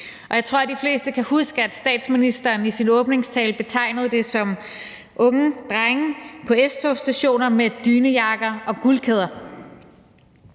Jeg tror, de fleste kan huske, at statsministeren i sin åbningstale betegnede det som unge drenge på S-togsstationer med dynejakker og guldkæder.